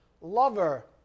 lover